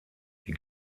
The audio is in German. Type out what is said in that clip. die